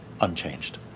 unchanged